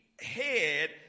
head